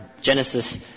Genesis